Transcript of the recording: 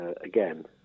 again